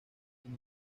sin